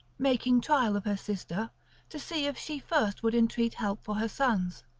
making trial of her sister to see if she first would entreat help for her sons.